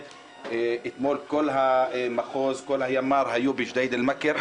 אתמול כל ימ"ר המשטרה היה בג'דיידה מכר.